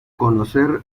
conocer